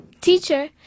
teacher